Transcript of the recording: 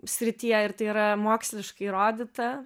srityje ir tai yra moksliškai įrodyta